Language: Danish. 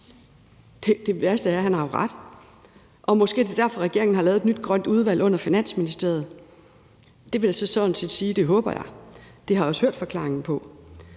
Det værste er, at han jo har ret, og måske er det derfor, regeringen har lavet et nyt grønt udvalg under Finansministeriet. Det vil jeg da sådan set sige at jeg håber. Det har jeg også hørt forklaringen på.